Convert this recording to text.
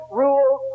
rules